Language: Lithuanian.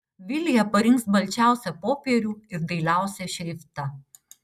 vilija parinks balčiausią popierių ir dailiausią šriftą